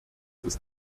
ist